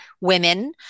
women